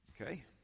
Okay